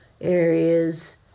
areas